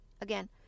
Again